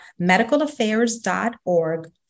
medicalaffairs.org